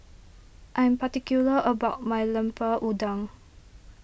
I am particular about my Lemper Udang